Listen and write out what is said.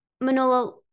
manolo